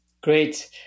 Great